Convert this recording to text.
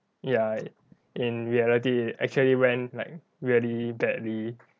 ya in reality actually went like really badly